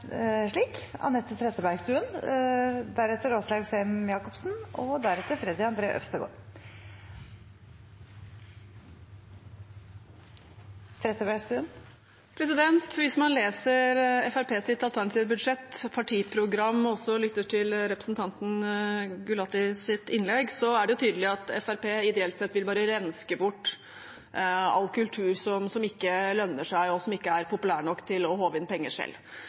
lytter til representanten Gulatis innlegg, er det tydelig at Fremskrittspartiet ideelt sett bare vil renske bort all kultur som ikke lønner seg, og som ikke er populær nok til å håve inn penger selv.